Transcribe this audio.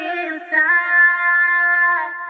inside